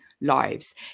lives